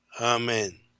Amen